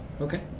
Okay